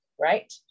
right